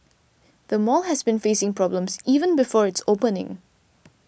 the mall has been facing problems even before its opening